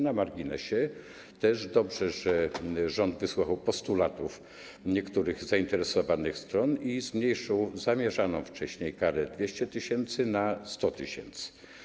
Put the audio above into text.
Na marginesie - dobrze, że rząd wysłuchał postulatów niektórych zainteresowanych stron i zmniejszył zamierzoną wcześniej karę 200 tys. na 100 tys.